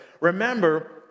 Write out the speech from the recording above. remember